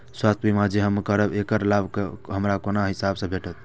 स्वास्थ्य बीमा जे हम करेब ऐकर लाभ हमरा कोन हिसाब से भेटतै?